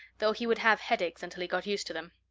though he would have headaches until he got used to them.